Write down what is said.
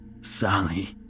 Sally